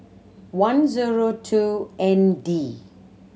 one zero two N D